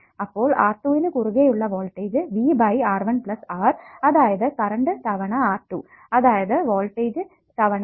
അപ്പോൾ R2 നു കുറുകെ ഉള്ള voltage V by R1 plus R അതായത് കറണ്ട് തവണ R2 അതായത് വോൾട്ടേജ് തവണ R2 by R1 plus R2